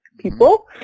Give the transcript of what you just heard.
people